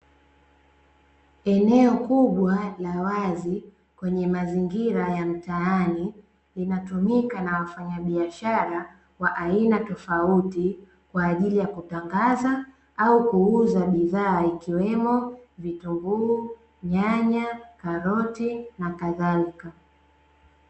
Eneo kubwa la wazi kwenye mazingira ya mtaani linatumika na wafanyabiashara wa aina tofauti kwa ajili ya kutangaza au kuuza bidhaa, ikiwemo; vitunguu, nyanya, karoti na kadhalika.